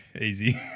Easy